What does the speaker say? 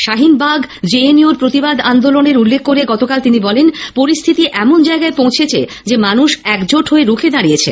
শাহিনবাগ জেএনইউর প্রতিবাদ আন্দোলনের উল্লেখ করে গতকাল তিনি বলেন পরিস্থিতি এমন জায়গায় পৌঁছেছে যে মানুষ একজোট হয়ে রুখে দাঁড়িয়েছে